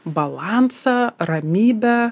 balansą ramybę